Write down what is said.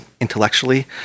intellectually